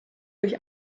durch